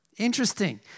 Interesting